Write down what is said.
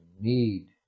need